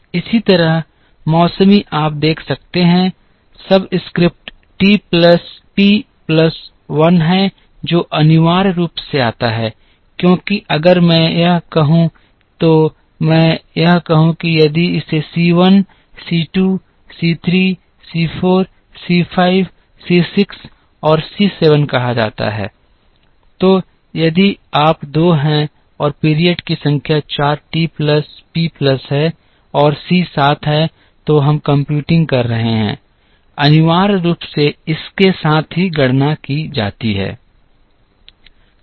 इसी तरह मौसमी आप देख सकते हैं subscript T plus P plus 1 है जो अनिवार्य रूप से आता है क्योंकि अगर मैं यहां कहीं हूं तो मैं यह हूं कि यदि इसे C 1 C 2 C 3 C 4 C 5 C 6 और C 7 कहा जाता है तो यदि आप दो हैं और पीरियड्स की संख्या चार टी प्लस पी प्लस है और सी सात है जो हम कंप्यूटिंग कर रहे हैं अनिवार्य रूप से इस के साथ ही साथ गणना की जाती है